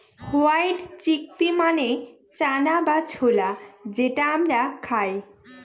white chickpea মানে চানা বা ছোলা যেটা আমরা খায়